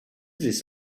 this